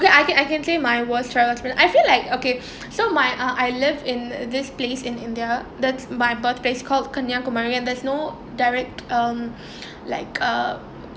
ya I can I can say my worst travel experience I feel like okay so my uh I live in this place in india that my birthplace called kanyakumari and there's no direct um like uh